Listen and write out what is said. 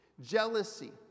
jealousy